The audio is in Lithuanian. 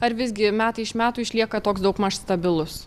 ar visgi metai iš metų išlieka toks daugmaž stabilus